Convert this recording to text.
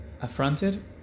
affronted